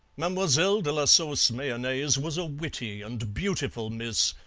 mademoiselle de la sauce mayonnaise was a witty and beautiful miss,